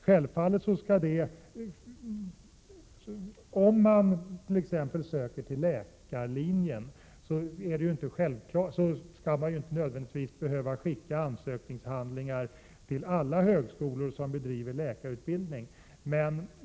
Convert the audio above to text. Självfallet skall den som t.ex. söker till läkarlinjen inte nödvändigtvis behöva skicka ansökningshandlingar till alla högskolor som bedriver läkarutbildning.